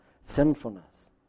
sinfulness